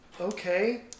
okay